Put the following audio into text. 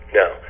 now